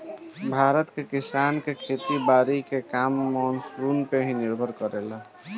भारत के किसान के खेती बारी के काम मानसून पे ही निर्भर करेला